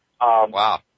Wow